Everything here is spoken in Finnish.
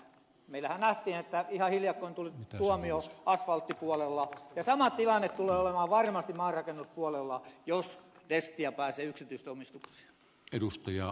meillähän nähtiin että ihan hiljakkoin tuli tuomio asfalttipuolella ja sama tilanne tulee olemaan varmasti maanrakennuspuolella jos destia pääsee yksityisomistukseen